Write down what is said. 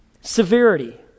severity